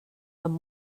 amb